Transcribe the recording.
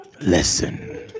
Listen